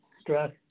stress